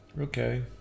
Okay